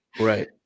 Right